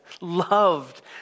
loved